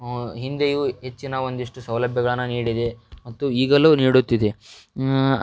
ಹಿಂದೆಯೂ ಹೆಚ್ಚಿನ ಒಂದಿಷ್ಟು ಸೌಲಭ್ಯಗಳನ್ನ ನೀಡಿದೆ ಮತ್ತು ಈಗಲೂ ನೀಡುತ್ತಿದೆ